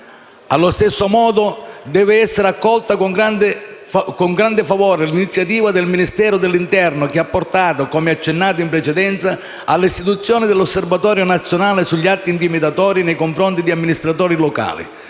Allo stesso modo deve essere accolta con grande favore l'iniziativa del Ministero dell'interno che ha portato - come accennato in precedenza - all'istituzione dell'Osservatorio nazionale sugli atti intimidatori nei confronti di amministratori locali.